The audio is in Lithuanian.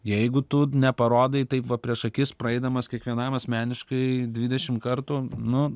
jeigu tu neparodai taip va prieš akis praeidamas kiekvienam asmeniškai dvidešimt kartų nu